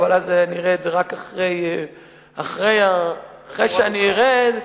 אבל אני אראה את זה אחרי שאני ארד.